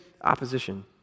opposition